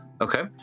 Okay